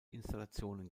installationen